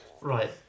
Right